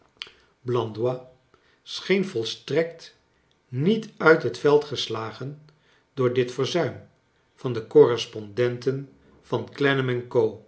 scheen volstrekt niet uit het veld geslagen door dit verzuim van de correspondenten van